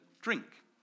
drink